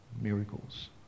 miracles